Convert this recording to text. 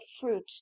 fruit